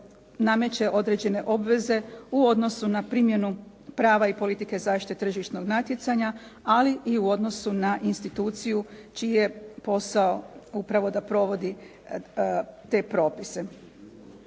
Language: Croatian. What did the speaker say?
nameće određene obveze u odnosu na primjenu prava i politike zaštite tržišnog natjecanja ali i u odnosu na instituciju čiji je posao upravo da provodi te propise.